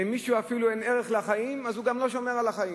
מי שאפילו לא רואה ערך לחיים גם לא שומר על החיים,